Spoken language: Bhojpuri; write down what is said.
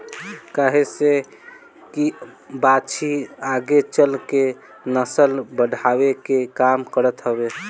काहे से की बाछी आगे चल के नसल बढ़ावे के काम करत हवे